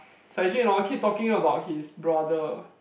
Cai-Jun hor keep talking about his brother